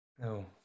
No